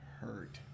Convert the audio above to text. hurt